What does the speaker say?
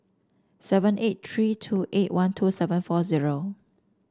seven eight three two eight one two seven four zero